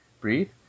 Breathe